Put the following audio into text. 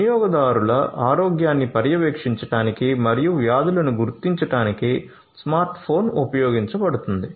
వినియోగదారుల ఆరోగ్యాన్ని పర్యవేక్షించడానికి మరియు వ్యాధులను గుర్తించడానికి స్మార్ట్ ఫోన్ ఉపయోగించబడుతుంది